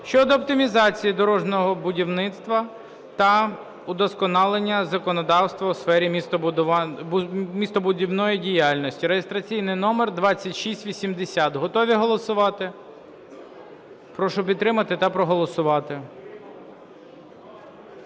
щодо оптимізації дорожнього будівництва та удосконалення законодавства у сфері містобудівної діяльності (реєстраційний номер 2680). Готові голосувати? Прошу підтримати та проголосувати.